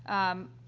um,